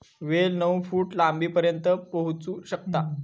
वेल नऊ फूट लांबीपर्यंत पोहोचू शकता